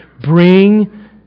bring